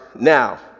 now